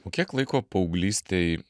o kiek laiko paauglystėj